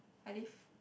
I live